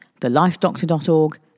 thelifedoctor.org